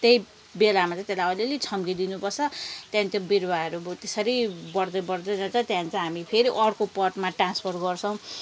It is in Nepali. त्यही बेलामा चाहिँ त्यसलाई अलिअलि छम्किदिनुपर्छ त्यहाँदेखि त्यो बिरुवाहरूको बोट त्यसरी बढ्दै बढ्दै जान्छ त्यहाँदेखि चाहिँ हामी फेरि अर्को पटमा ट्रान्सफर गर्छौँ